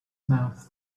mouth